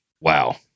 Wow